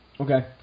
okay